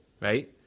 Right